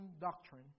doctrine